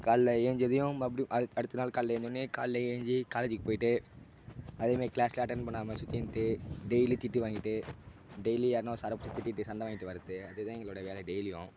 காலைல ஏஞ்சதையும் மறுபடி அது அடுத்த நாள் காலைல ஏஞ்ச ஒடன்னே காலைல ஏஞ்சு காலேஜிக்கு போய்ட்டு அதேமாரி க்ளாஸெலாம் அட்டன் பண்ணாமல் சுத்தின்னுட்டு டெயிலி திட்டு வாங்கிட்டு டெயிலி யாருன்னால் ஒரு சாரை பிடிச்சி திட்டிகிட்டு சண்டை வாங்கிகிட்டு வர்றது அது தான் எங்களோடய வேலை டெய்லியும்